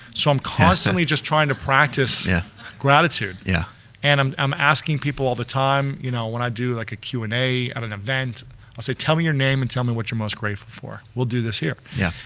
so i'm constantly just trying to practice yeah gratitude yeah and i'm i'm asking people all the time, you know when i do like a q and a at an event, i'll say tell me your name and tell me what your most grateful for. will do this year. yeah.